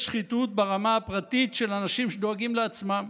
יש שחיתות ברמה הפרטית של אנשים שדואגים לעצמם,